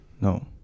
No